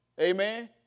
Amen